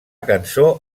cançó